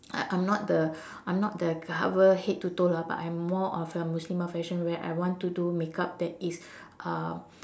I I'm not the I'm not the cover head to toe lah but I'm more of a muslimah fashion where I want to do makeup that is uh